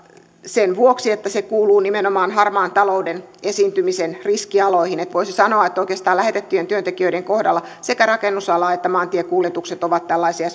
sen vuoksi että se kuuluu nimenomaan harmaan talouden esiintymisen riskialoihin voisi sanoa että oikeastaan lähetettyjen työntekijöiden kohdalla sekä rakennusala että maantiekuljetukset ovat tällaisia